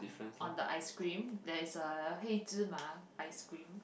on the ice cream that is a Heizhi-Ma ice cream